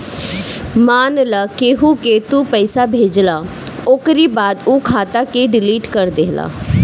मान लअ केहू के तू पईसा भेजला ओकरी बाद उ खाता के डिलीट कर देहला